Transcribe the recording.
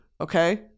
okay